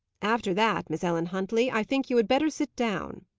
after that, miss ellen huntley, i think you had better sit down.